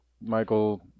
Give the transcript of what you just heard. Michael